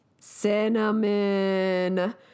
Cinnamon